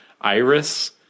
Iris